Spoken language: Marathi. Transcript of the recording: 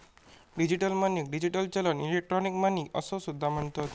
डिजिटल मनीक डिजिटल चलन, इलेक्ट्रॉनिक मनी असो सुद्धा म्हणतत